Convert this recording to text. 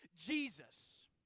Jesus